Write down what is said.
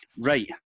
Right